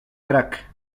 crack